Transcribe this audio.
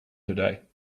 today